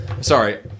Sorry